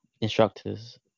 instructors